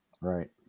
Right